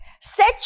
Set